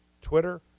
Twitter